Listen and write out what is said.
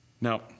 Now